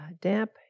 damp